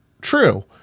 true